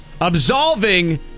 absolving